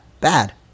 bad